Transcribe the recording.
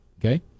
Okay